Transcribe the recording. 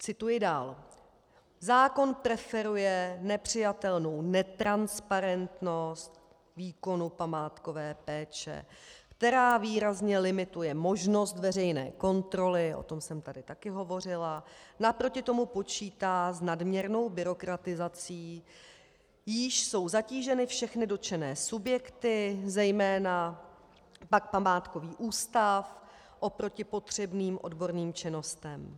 Cituji dál: Zákon preferuje nepřijatelnou netransparentnost výkonu památkové péče, která výrazně limituje možnost veřejné kontroly o tom jsem tady také hovořila , naproti tomu počítá s nadměrnou byrokratizací, jíž jsou zatíženy všechny dotčené subjekty, zejména pak památkový ústav oproti potřebným odborným činnostem.